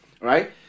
Right